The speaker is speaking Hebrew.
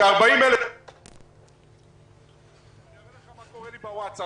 ש-40,000 פניות --- מה קורה לי בווטסאפ